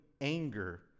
anger